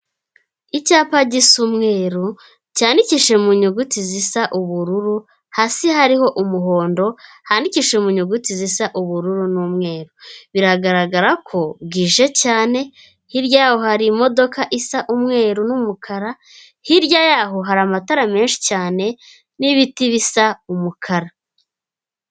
Icyapa gisa umweru, cyandikishije mu nyuguti zisa ubururu, hasi hariho umuhondo, handikishije mu nyuguti zisa ubururu n'umweru. Biragaragara ko bwije cyane, hirya yaho hari imodoka isa umweru n'umukara, hirya yaho hari amatara menshi cyane n'ibiti bisa umukara.